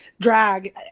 drag